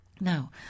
Now